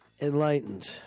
Enlightened